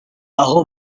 aho